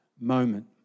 moment